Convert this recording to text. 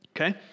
Okay